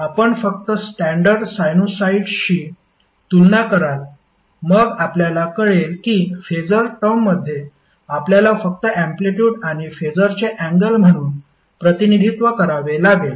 आपण फक्त स्टॅंडर्ड साइनुसॉईडशी तुलना कराल मग आपल्याला कळेल की फेसर टर्ममध्ये आपल्याला फक्त अँप्लिटयूड आणि फेसरचे अँगल म्हणून प्रतिनिधित्व करावे लागेल